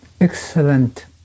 excellent